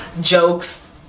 jokes